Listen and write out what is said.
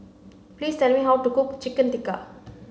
please tell me how to cook Chicken Tikka